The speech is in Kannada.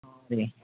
ಹೌದು ರಿ